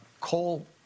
coal